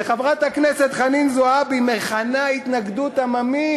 שחברת הכנסת חנין זועבי מכנה התנגדות עממית,